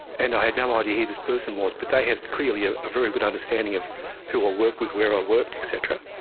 and i had no idea who this person was but they had clearly a very good understanding of who i worked with, where i worked, et cetera.